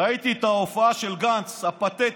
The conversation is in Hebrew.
ראיתי את ההופעה הפתטית